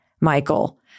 Michael